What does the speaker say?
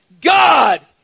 God